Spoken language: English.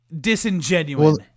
disingenuous